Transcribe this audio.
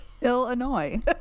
illinois